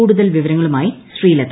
കൂടുതൽ വിവരങ്ങളുമായി ശ്രീലത